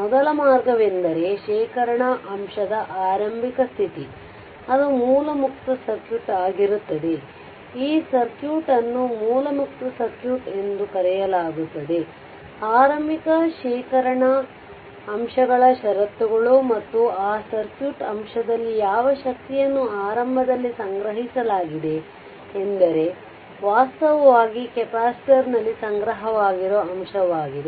ಮೊದಲ ಮಾರ್ಗವೆಂದರೆ ಶೇಖರಣಾ ಅಂಶದ ಆರಂಭಿಕ ಸ್ಥಿತಿ initial condition ಅದು ಮೂಲ ಮುಕ್ತ ಸರ್ಕ್ಯೂಟ್ ಆಗಿರುತ್ತದೆ ಈ ಸರ್ಕ್ಯೂಟ್ ಅನ್ನು ಮೂಲ ಮುಕ್ತ ಸರ್ಕ್ಯೂಟ್ ಎಂದು ಕರೆಯಲಾಗುತ್ತದೆ ಆರಂಭಿಕ ಶೇಖರಣಾ ಅಂಶಗಳ ಷರತ್ತುಗಳು ಮತ್ತು ಆ ಸರ್ಕ್ಯೂಟ್ ಅಂಶದಲ್ಲಿ ಯಾವ ಶಕ್ತಿಯನ್ನು ಆರಂಭದಲ್ಲಿ ಸಂಗ್ರಹಿಸಲಾಗಿದೆ ಎಂದರೆ ವಾಸ್ತವವಾಗಿ ಕೆಪಾಸಿಟರ್ನಲ್ಲಿ ಸಂಗ್ರಹವಾಗಿರುವ ಅಂಶವಾಗಿದೆ